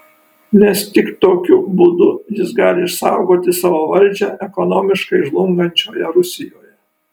nes tik tokiu būdu jis gali išsaugoti savo valdžią ekonomiškai žlungančioje rusijoje